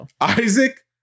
Isaac